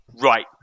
Right